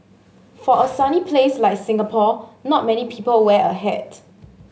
for a sunny place like Singapore not many people wear a hat